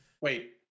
wait